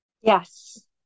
Yes